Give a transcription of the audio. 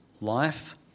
life